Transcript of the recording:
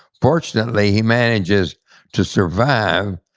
fortunately, he manages to survive,